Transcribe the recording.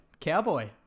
cowboy